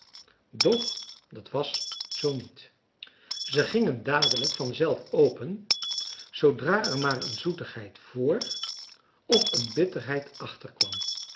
doch dat was zoo niet ze gingen dadelijk vanzelf open zoodra er maar een zoetigheid vr of een bitterheid achter kwam